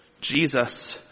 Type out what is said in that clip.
Jesus